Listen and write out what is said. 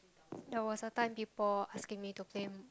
there was a time people asking me to